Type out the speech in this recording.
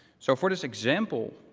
so for this example,